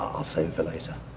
um i'll save it for later.